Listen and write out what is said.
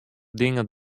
dingen